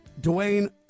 Dwayne